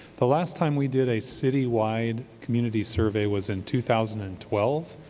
the last time we did a citywide community survey was in two thousand and twelve.